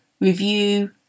review